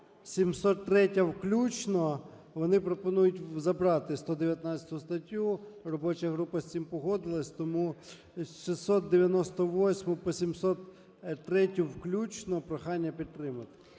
703 включно. Вони пропонують забрати 119 статтю. Робоча група з цим погодилась. Тому 698-у по 703-ю включно, прохання підтримати.